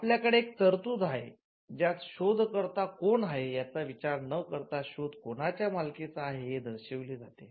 आपल्याकडे एक तरतूद आहे ज्यात शोध कर्ता कोण आहे याचा विचार न करता शोध कोणाच्या मालकीचा आहे हे दर्शवले जाते